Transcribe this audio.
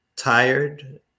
tired